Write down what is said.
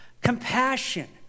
Compassion